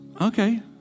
Okay